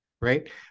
right